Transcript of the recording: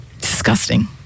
Disgusting